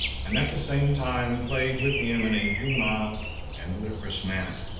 and at the same time played with him in a juvenile and ludicrous manner.